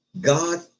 God